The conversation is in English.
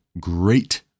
great